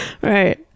Right